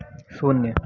शून्य